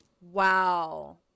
Wow